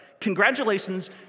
Congratulations